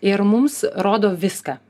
ir mums rodo viską